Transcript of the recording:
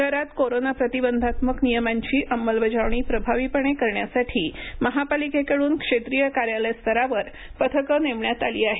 शहरात कोरोना प्रतिबंधात्मक नियमांची अंमलबजावणी प्रभावीपणे करण्यासाठी महापालिकेकड्रन क्षेत्रीय कार्यालय स्तरावर पथकं नेमण्यात आली आहेत